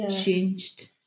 changed